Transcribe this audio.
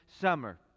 summer